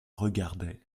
regardaient